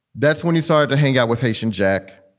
that's when you start to hang out with patient jack.